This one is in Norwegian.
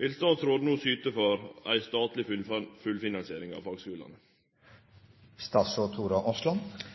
Vil statsråden no syte for statleg fullfinansiering av fagskulane?» Som kjent vedtok Stortinget i forbindelse med forvaltningsreformen å overføre finansieringsansvaret for